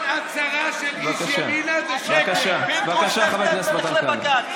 כל הצהרה של איש ימינה זה שקר, פינדרוס, לך לבג"ץ.